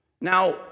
Now